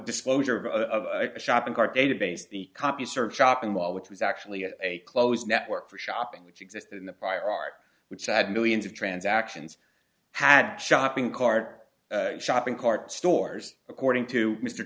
disclosure of a shopping cart database the compuserve shopping mall which was actually a closed network for shopping which existed in the prior art which had millions of transactions had shopping cart shopping cart stores according to mr